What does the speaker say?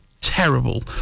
terrible